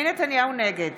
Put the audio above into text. נגד